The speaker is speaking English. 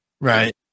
right